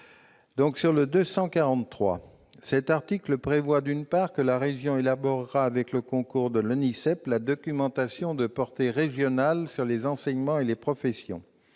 commission ? L'article 10 prévoit, d'une part, que la région élaborera, avec le concours de l'ONISEP, la documentation de portée régionale sur les enseignements et les professions